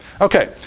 Okay